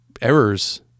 errors